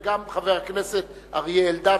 וגם חבר הכנסת אריה אלדד,